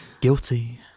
Guilty